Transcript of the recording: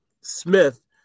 Smith